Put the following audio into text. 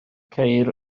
ceir